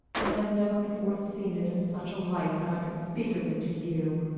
i have never before seen it in such a light that i could speak of it to you,